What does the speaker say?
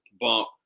bump